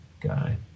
guy